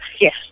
Yes